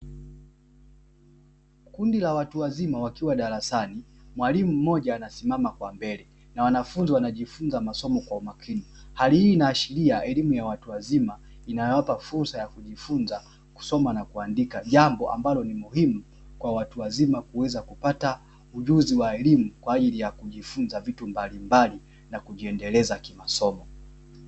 Kundi la watu wazima wakiwa darasani. Mwalimu mmoja anasimama kwa mbele, na wanajifunza masomo kwa umakini. Hali hii inaashiria elimu ya watu wazima, inayowapa fursa ya kujifunza kusoma na kuandika, jambo ni muhimu kwa watu wazima kuweza kupata ujuzi wa elimu, kwaajili ya kujifunza vitu mbalimbali na kujiendeleza kimasomo.